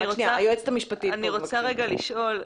אני רוצה לשאול,